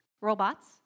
robots